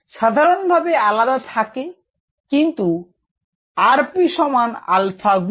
সাধারণভাবে আলাদাভাবে থাকে কিন্তু rp সমান আলফা গুণ